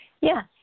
Yes